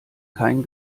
kein